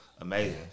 amazing